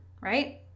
right